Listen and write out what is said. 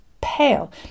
pale